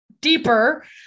deeper